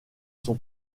son